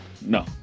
No